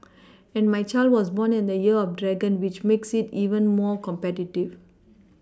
and my child was born in the year of dragon which makes it even more competitive